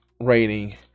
rating